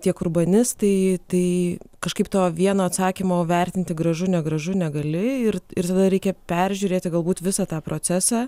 tiek urbanistai tai kažkaip to vieno atsakymo vertinti gražu negražu negali ir ir tada reikia peržiūrėti galbūt visą tą procesą